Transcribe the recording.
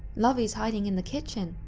lovie is hiding in the kitchen,